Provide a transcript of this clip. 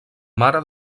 mare